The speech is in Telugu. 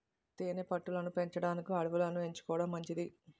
తేనె పట్టు లను పెంచడానికి అడవులను ఎంచుకోవడం మంచిది